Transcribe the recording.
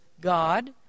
God